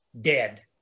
dead